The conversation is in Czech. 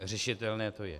Řešitelné to je.